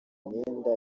imyenda